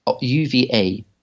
UVA